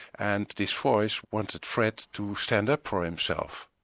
and this voice wanted fred to stand up for himself,